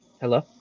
Hello